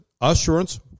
assurance